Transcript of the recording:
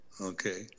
okay